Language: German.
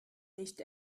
nicht